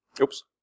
oops